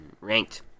Ranked